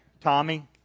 Tommy